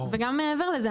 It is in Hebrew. וגם מעבר לזה,